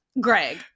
Greg